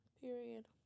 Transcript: Period